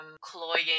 cloying